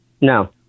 no